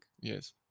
Yes